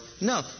no